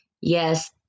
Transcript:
yes